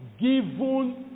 Given